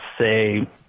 say